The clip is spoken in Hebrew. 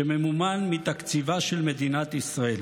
שממומן מתקציבה של מדינת ישראל.